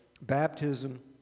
baptism